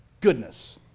goodness